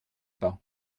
pas